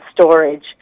storage